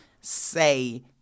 say